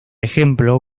ejemplo